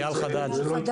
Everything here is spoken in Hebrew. דיווח המחילה סייע ללקוח,